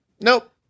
nope